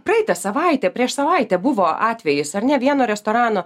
praeitą savaitę prieš savaitę buvo atvejis ar ne vieno restorano